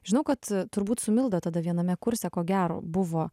žinau kad turbūt su milda tada viename kurse ko gero buvo